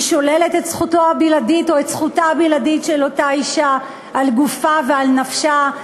היא שוללת את זכותה הבלעדית של אותה אישה על גופה ועל נפשה.